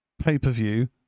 pay-per-view